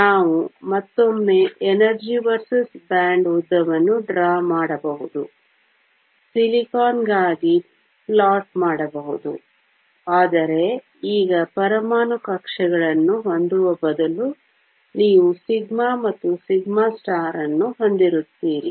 ನಾವು ಮತ್ತೊಮ್ಮೆ energy versus bond ಉದ್ದವನ್ನು ಡ್ರಾ ಮಾಡಬಹುದು ಸಿಲಿಕಾನ್ಗಾಗಿ ರೂಪಿಸಬಹುದು ಆದರೆ ಈಗ ಪರಮಾಣು ಕಕ್ಷೆಗಳನ್ನು ಹೊಂದುವ ಬದಲು ನೀವು σ ಮತ್ತು σಅನ್ನು ಹೊಂದಿರುತ್ತೀರಿ